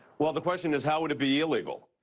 well, the question is how would it be illegal?